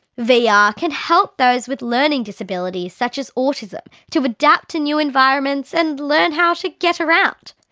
vr yeah ah can help those with learning disabilities such as autism to adapt to new environments and learn how to get around.